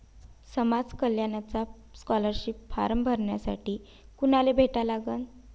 समाज कल्याणचा scholarship form भरासाठी कुनाले भेटा लागन?